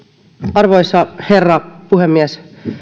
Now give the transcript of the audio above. arvoisa herra puhemies